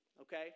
okay